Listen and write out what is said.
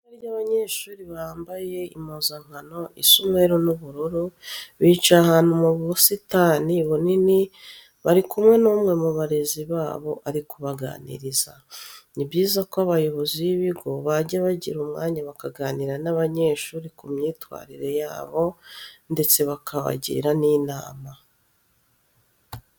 Ni itsinda ry'abanyeshuri bambaye impuzankano isa umweru n'ubururu. Bicaye ahantu mu busitani bunini, bari kumwe n'umwe mu barezi babo ari kubaganiriza. Ni byiza ko abayobozi b'ibigo bajya bagira umwanya bakaganira n'abanyeshuri ku myitwarire yabo ndetse bakabagira n'inama.